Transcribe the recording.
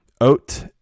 oat